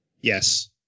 Yes